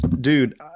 dude